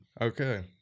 Okay